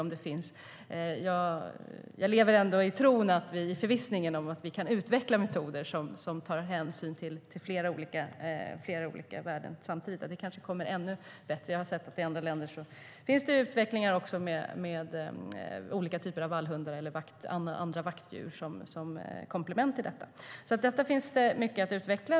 Jag lever ändå i förvissningen om att vi kan utveckla metoder som tar hänsyn till flera olika värden samtidigt. Jag har sett att man i andra länder använder olika typer av vallhundar och andra vaktdjur som komplement. Här finns det mycket att utveckla.